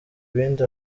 ibindi